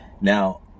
Now